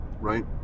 right